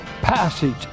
passage